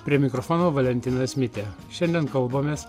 prie mikrofono valentinas mitė šiandien kalbamės